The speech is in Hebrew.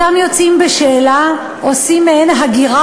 אותם יוצאים בשאלה עושים מעין הגירה